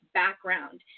background